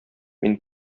мин